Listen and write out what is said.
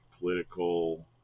political